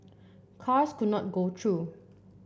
cars could not go through